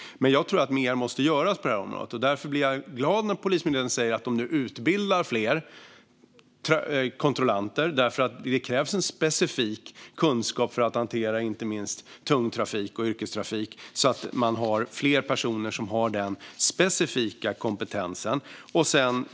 Men jag tror att mer måste göras på detta område. Därför blir jag glad när Polismyndigheten säger att de nu utbildar fler kontrollanter. Det krävs nämligen en specifik kunskap för att hantera inte minst tung trafik och yrkestrafik, och då har man fler personer som har den specifika kompetensen.